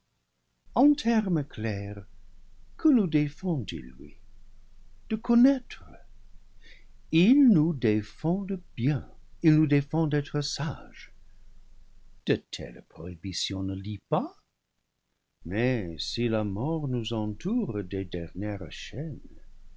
en termes clairs que nous défend il lui de connaître i nous défend le bien il nous défend d'être sages de telles pro hibitions ne lient pas mais si la mort nous entoure des der nières chaînes